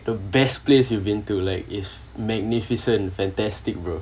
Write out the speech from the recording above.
the best place you've been to like it's magnificent fantastic bro